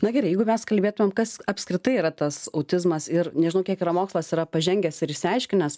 na gerai jeigu mes kalbėtumėm kas apskritai yra tas autizmas ir nežinau kiek yra mokslas yra pažengęs ir išsiaiškinęs